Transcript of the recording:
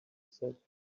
said